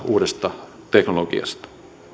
uudesta teknologiasta